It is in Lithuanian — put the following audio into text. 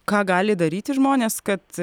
ką gali daryti žmonės kad